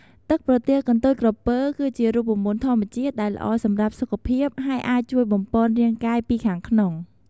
ទឹកប្រទាលកន្ទុយក្រពើ គឺជារូបមន្តធម្មជាតិដែលល្អសម្រាប់សុខភាព ហើយអាចជួយបំប៉នរាងកាយពីខាងក្នុង។